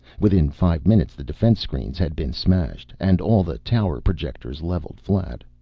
within five minutes the defense screens had been smashed, and all the tower projectors leveled flat.